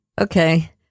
Okay